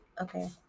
Okay